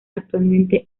actualmente